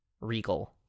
Regal